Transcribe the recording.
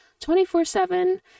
24-7